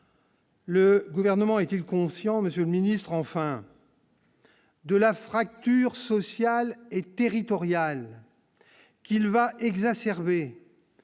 Le gouvernement est-il conscient, monsieur le ministre, enfin. De la fracture sociale et territoriale, qu'il va exacerber